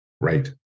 Right